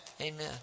Amen